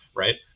right